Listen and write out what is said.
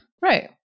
right